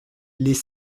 les